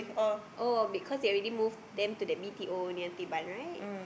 oh because they already moved them to the M_T_O near Teban right